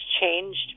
changed